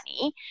money